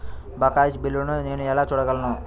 బకాయి బిల్లును నేను ఎలా చూడగలను?